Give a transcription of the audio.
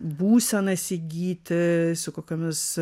būsenas įgyti su kokiomis